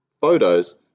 photos